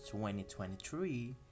2023